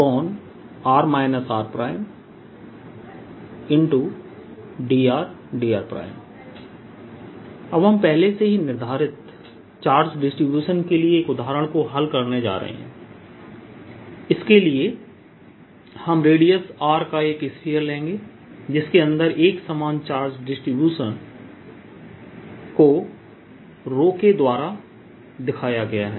drdr अब हम पहले से ही निर्धारित चार्ज डिस्ट्रीब्यूशन के लिए एक उदाहरण को हल करने जा रहे हैं इसके लिए हम रेडियस r का एक स्फीयर लेंगे जिसके अंदर एक समान चार्ज डिस्ट्रीब्यूशन को रो ⍴ के द्वारा दिखाया गया है